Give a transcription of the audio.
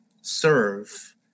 serve